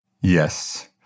Yes